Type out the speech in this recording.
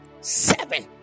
seven